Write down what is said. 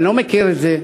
אני לא מכיר את זה.